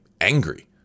angry